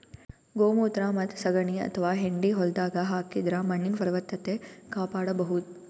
ಗೋಮೂತ್ರ ಮತ್ತ್ ಸಗಣಿ ಅಥವಾ ಹೆಂಡಿ ಹೊಲ್ದಾಗ ಹಾಕಿದ್ರ ಮಣ್ಣಿನ್ ಫಲವತ್ತತೆ ಕಾಪಾಡಬಹುದ್